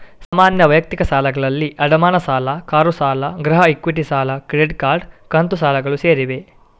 ಸಾಮಾನ್ಯ ವೈಯಕ್ತಿಕ ಸಾಲಗಳಲ್ಲಿ ಅಡಮಾನ ಸಾಲ, ಕಾರು ಸಾಲ, ಗೃಹ ಇಕ್ವಿಟಿ ಸಾಲ, ಕ್ರೆಡಿಟ್ ಕಾರ್ಡ್, ಕಂತು ಸಾಲಗಳು ಸೇರಿವೆ